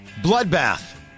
Bloodbath